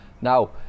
Now